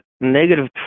negative